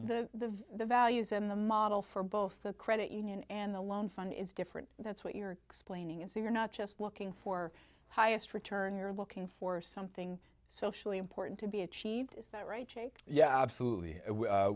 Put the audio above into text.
but the the values and the model for both the credit union and the loan fund is different that's what you're explaining and so you're not just looking for highest return you're looking for something socially important to be achieved is that right jake yeah absolutely